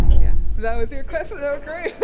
yeah? that was your question? oh